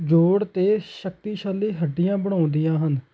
ਜੋੜ ਅਤੇ ਸ਼ਕਤੀਸ਼ਾਲੀ ਹੱਡੀਆਂ ਬਣਾਉਂਦੀਆਂ ਹਨ